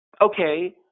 okay